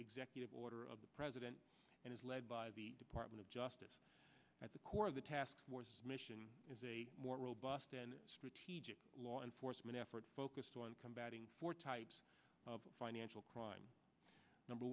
executive order of the president and is led by the department of justice at the core of the task force mission is a more robust and strategic law enforcement effort focused on combating four types of financial crime number